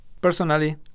Personally